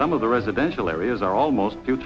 some of the residential areas are almost